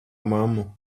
mammu